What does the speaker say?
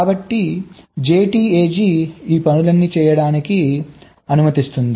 కాబట్టి JTAG ఈ పనులన్నీ చేయడానికి అనుమతిస్తుంది